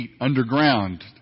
underground